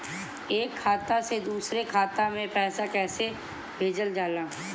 एक खाता से दुसरे खाता मे पैसा कैसे भेजल जाला?